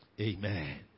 Amen